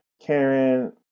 Karen